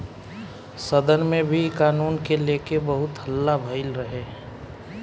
सदन में भी इ कानून के लेके बहुत हल्ला भईल रहे